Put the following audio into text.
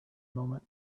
moment